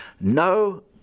no